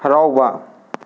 ꯍꯔꯥꯎꯕ